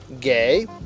Gay